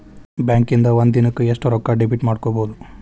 ಬ್ಯಾಂಕಿಂದಾ ಒಂದಿನಕ್ಕ ಎಷ್ಟ್ ರೊಕ್ಕಾ ಡೆಬಿಟ್ ಮಾಡ್ಕೊಬಹುದು?